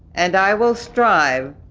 and i will strive